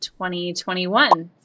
2021